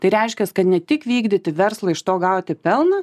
tai reiškias kad ne tik vykdyti verslą iš to gauti pelną